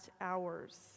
hours